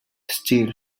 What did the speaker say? still